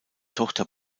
tochter